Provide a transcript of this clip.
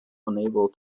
unable